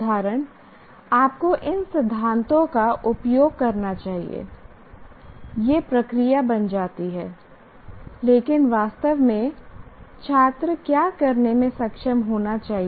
उदाहरण आपको इन सिद्धांतों का उपयोग करना चाहिए यह प्रक्रिया बन जाती है लेकिन वास्तव में छात्र क्या करने में सक्षम होना चाहिए